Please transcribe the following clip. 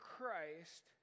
Christ